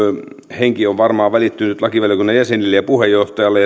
henki on varmaan välittynyt lakivaliokunnan jäsenille ja puheenjohtajalle